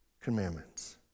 commandments